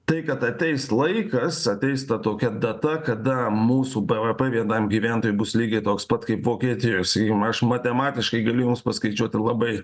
tai kad ateis laikas ateis ta tokia data kada mūsų bvp vienam gyventojui bus lygiai toks pat kaip vokietijos ir aš matematiškai galiu jums paskaičiuoti labai